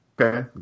Okay